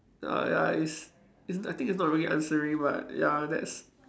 ah ya is is I think it's not really answering but ya that's